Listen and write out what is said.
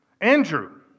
Andrew